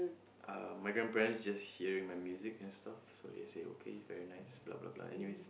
um my grandparents just hearing my music and stuff so they say okay very nice blah blah blah anyways